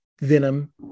Venom